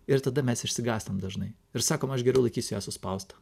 ir tada mes išsigąstam dažnai ir sakom aš geriau laikysiu ją suspaustą